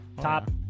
Top